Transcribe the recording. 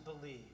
believe